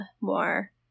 more